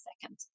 second